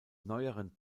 neueren